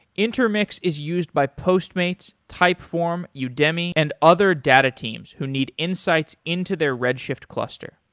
intermix is used by postmates, typeform, yeah udemy and other data teams who need insights into their redshift cluster.